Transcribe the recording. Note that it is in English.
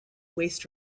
waste